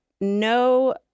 no